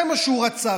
זה מה שהוא רצה.